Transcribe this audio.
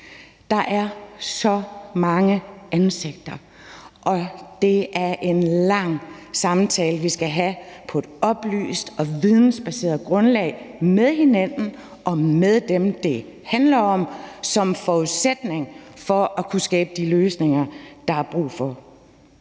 Der er så mange ansigter, og det er en lang samtale, vi skal have på et oplyst og vidensbaseret grundlag med hinanden og med dem, det handler om. Det er en forudsætning for at kunne skabe de løsninger, der er brug for.